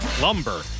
Lumber